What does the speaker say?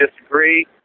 disagree